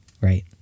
right